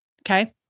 Okay